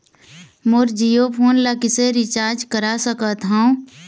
मोर Jio phone ला किसे recharge करा सकत हवं?